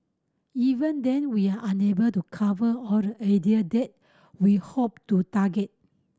even then we are unable to cover all the area that we hope to target